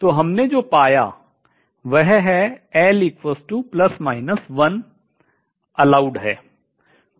तो हमने जो पाया वह है अनुमत है